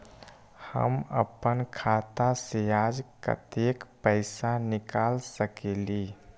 हम अपन खाता से आज कतेक पैसा निकाल सकेली?